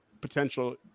potential